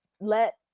let